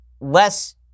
less